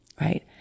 right